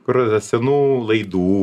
kur senų laidų